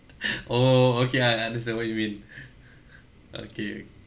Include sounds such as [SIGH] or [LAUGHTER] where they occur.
[LAUGHS] oh okay I understand what you mean [BREATH] okay